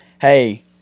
hey